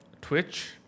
Twitch